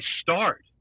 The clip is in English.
start